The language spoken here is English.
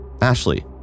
Ashley